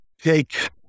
take